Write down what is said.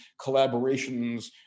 collaborations